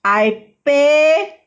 I pay